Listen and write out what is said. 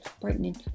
brightening